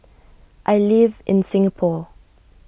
I live in Singapore